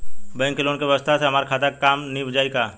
bank के loan के व्यवस्था से हमार खेती के काम नीभ जाई